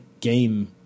game